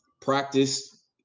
practice